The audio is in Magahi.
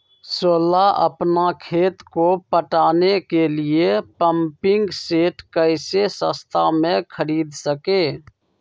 सोलह अपना खेत को पटाने के लिए पम्पिंग सेट कैसे सस्ता मे खरीद सके?